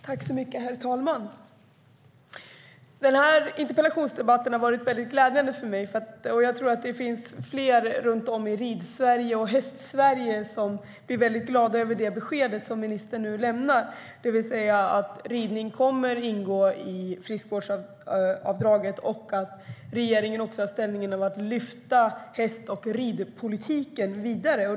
Herr talman! Den här interpellationsdebatten har varit väldigt glädjande för mig, och jag tror att det finns fler runt om i Ridsverige och Hästsverige som blir väldigt glada över det besked som ministern nu lämnar, det vill säga att ridning kommer att ingå i friskvårdsavdraget och att regeringen vill lyfta häst och ridpolitiken vidare.